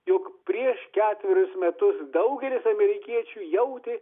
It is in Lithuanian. jog prieš ketverius metus daugelis amerikiečių jautė